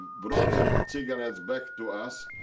brought the cigarettes back to us,